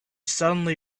suddenly